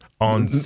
on